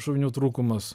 šovinių trūkumas